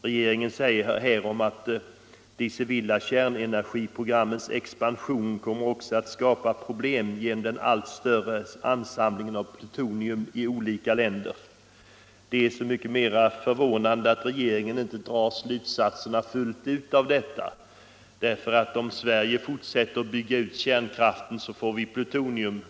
Regeringen säger härom: ”De civila kärnenergiprogrammens expansion kommer också att skapa problem genom den allt större ansamlingen av plutonium i olika länder.” Det är så mycket mer förvånande att regeringen inte drar slutsatserna fullt ut av detta, för om Sverige fortsätter att bygga ut kärnkraften får vi också plutonium.